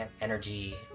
energy